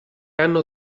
hanno